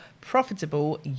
profitable